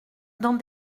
dans